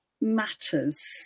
matters